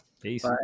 Peace